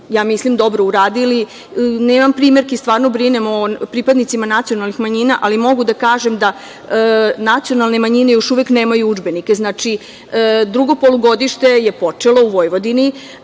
ja mislim, dobro uradili, nemam primerki, stvarno brinemo o pripadnicima nacionalnih manjina, ali mogu da kažem da nacionalne manjine još uvek nemaju udžbenike. Znači, drugo polugodište je počelo u Vojvodini,